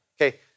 okay